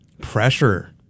pressure